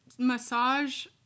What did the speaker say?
massage